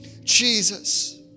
Jesus